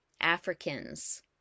Africans